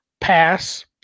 pass